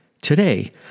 Today